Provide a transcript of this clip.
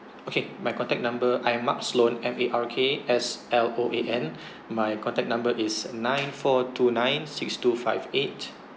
okay my contact number I am mark sloan M A R K S L O A N my contact number is nine four two nine six two five eight